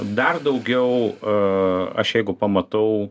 dar daugiau e aš jeigu pamatau